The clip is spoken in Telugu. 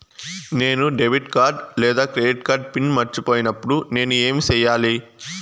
నేను డెబిట్ కార్డు లేదా క్రెడిట్ కార్డు పిన్ మర్చిపోయినప్పుడు నేను ఏమి సెయ్యాలి?